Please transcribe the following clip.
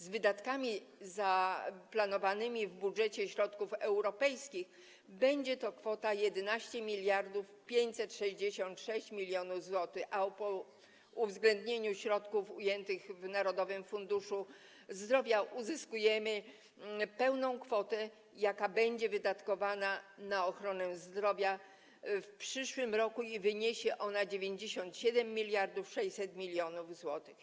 Z wydatkami zaplanowanymi w budżecie środków europejskich będzie to kwota 11 566 mln zł, a po uwzględnieniu środków ujętych w Narodowym Funduszu Zdrowia uzyskujemy pełną kwotę, jaka będzie wydatkowana na ochronę zdrowia w przyszłym roku, która wyniesie 97 600 mln zł.